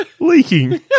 Leaking